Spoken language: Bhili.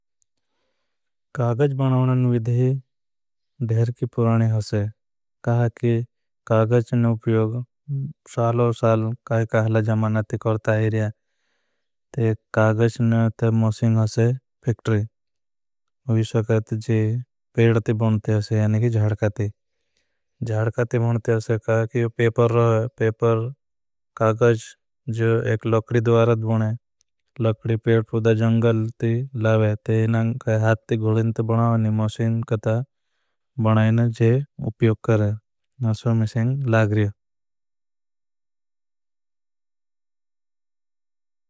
कागज बनावनान विधिह धेर की पुरानी होसे काहे। कि कागज ने उप्योग सालों साल काई काहला जमानाती। करता है इरिया कागज ने ते मोशिंग होसे फिक्टुरी हो। सकत जी पेड़ ती बोनती होसे यानि की जाड़का ती। ती बोनती होसे काई की पेपर रहा है। कागज जो एक लकड़ी द्वारत बोने लकड़ी पेड़ फूदा। जंगल ती लावे ते इन्हां काई हाथ ती गुलें ती बनावनी। कता बनाएने जे उप्योग करें नस्वामिशें लाग्रिया।